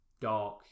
dark